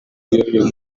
y’uyu